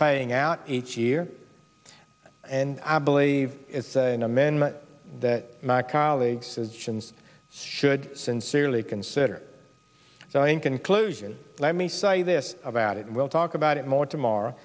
paying out each year and i believe it's an amendment that my colleague says jin's should sincerely consider so in conclusion let me say this about it and we'll talk about it more tomorrow